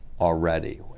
already